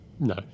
No